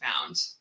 found